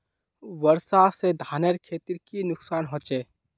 वर्षा से धानेर खेतीर की नुकसान होचे?